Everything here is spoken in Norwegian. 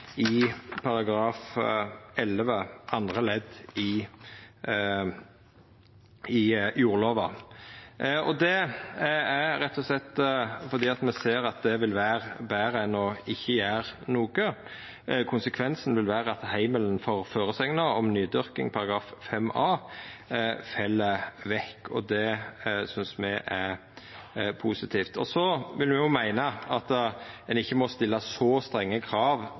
i § 11 andre ledd i jordlova. Det er rett og slett fordi me ser at det vil vera betre enn å ikkje gjera noko. Konsekvensen vil vera at heimelen for føresegna om nydyrking i § 5 a fell vekk, og det synest me er positivt. Så vil me òg meina at ein ikkje må stilla så strenge krav